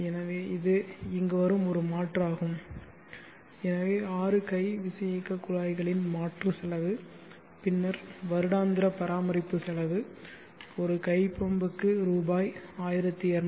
எனவே இது இங்கு வரும் ஒரு மாற்றாகும் எனவே 6 கை விசையியக்கக் குழாய்களின் மாற்று செலவு பின்னர் வருடாந்திர பராமரிப்பு செலவு ஒரு கை பம்புக்கு ரூ